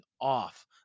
off